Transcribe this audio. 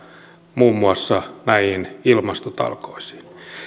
muun muassa näihin ilmastotalkoisiin